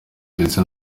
ndetse